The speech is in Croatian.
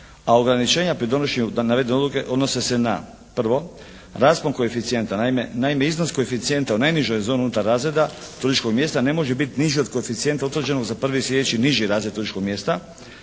a ograničenja pri donošenju navedene odluke odnose se na prvo raspon koeficijenta. Naime iznos koeficijenta u najnižoj zoni unutar razreda turističkog mjesta ne može biti niži od koeficijenta utvrđenog za prvi sljedeći niži razred turističkog mjesta.